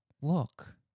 Look